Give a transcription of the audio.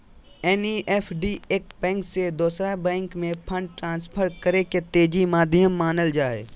NEFT एक bank से दोसर बैंक में फंड ट्रांसफर करे के तेज माध्यम मानल जा हय